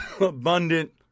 abundant